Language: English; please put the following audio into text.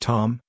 Tom